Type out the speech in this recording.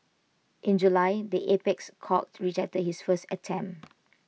in July the apex court rejected his first attempt